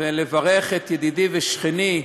ולברך את ידידי ושכני עיסאווי,